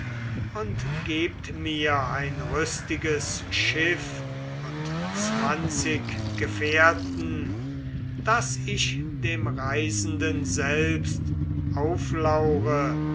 und gebt mir ein rüstiges schiff und zwanzig gefährten daß ich dem reisenden selbst auflaure